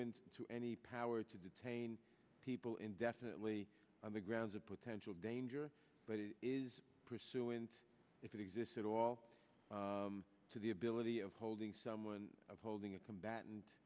to any power to detain people indefinitely on the grounds of potential danger but it is pursuing if it exists at all to the ability of holding someone of holding a combatant